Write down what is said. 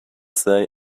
say